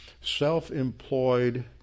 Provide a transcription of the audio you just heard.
self-employed